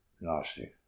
nasty